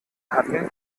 hatten